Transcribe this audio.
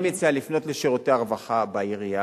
אני מציע לפנות לשירותי הרווחה בעירייה.